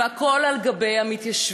והכול על גב המתיישבים.